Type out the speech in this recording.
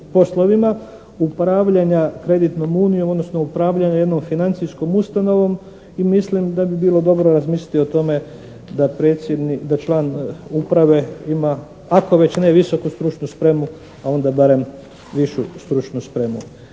poslovima upravljanja kreditnom unijom odnosno upravljanja jednom financijskom ustanovom i mislim da bi bilo dobro razmisliti o tome da predsjednik, da član uprave ima ako već ne visoku stručnu spremu, a onda barem višu stručnu spremu.